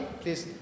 please